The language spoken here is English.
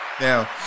Now